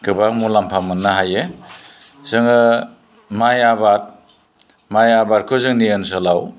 गोबां मुलामफा मोननो हायो जोङो माइ आबाद माइ आबादखौ जोंनि ओनसोलाव